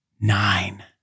nine